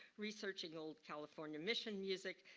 researching old california mission music,